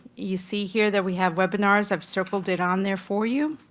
you see here that we have webinars, i've circled it on there for you.